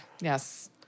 Yes